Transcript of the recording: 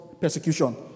persecution